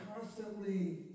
constantly